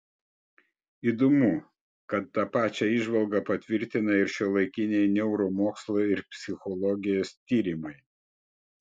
įdomu kad tą pačią įžvalgą patvirtina ir šiuolaikiniai neuromokslo ir psichologijos tyrimai